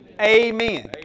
Amen